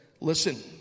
listen